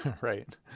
Right